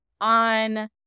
on